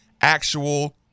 actual